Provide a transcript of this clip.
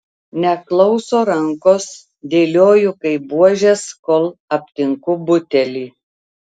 neklauso rankos dėlioju kaip buožes kol aptinku butelį